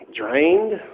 drained